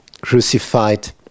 crucified